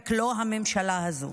רק לא הממשלה הזאת.